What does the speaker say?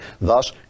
Thus